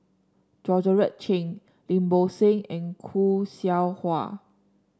Georgette Chen Lim Bo Seng and Khoo Seow Hwa